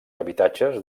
habitatges